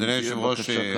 אדוני היושב-ראש,